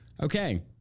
Okay